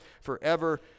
forever